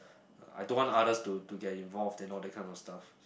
uh I don't want others to to get involved then all that kind of stuff